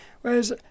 Whereas